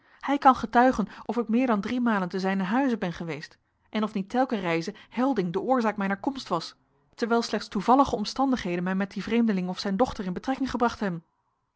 hij kan getuigen of ik meer dan driemalen te zijnen huize ben geweest en of niet telken reize helding de oorzaak mijner komst was terwijl slechts toevallige omstandigheden mij met dien vreemdeling of zijn dochter in betrekking gebracht hebben